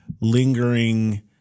lingering